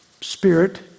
spirit